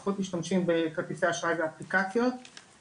ופחות משתמשים בכרטיסי אשראי ואפליקציות,